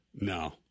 No